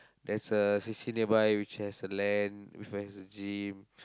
there's a C_C nearby which has a land which has a gym